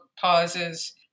pauses